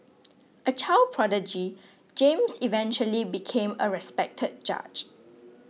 a child prodigy James eventually became a respected judge